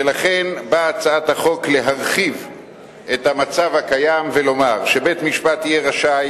ולכן באה הצעת החוק להרחיב את המצב הקיים ולומר שבית-משפט יהיה רשאי